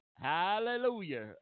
Hallelujah